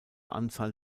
anzahl